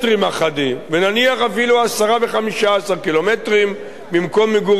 ונניח אפילו 10 ו-15 קילומטרים ממקום מגוריהם הנוכחי,